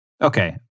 Okay